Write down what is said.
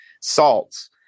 salts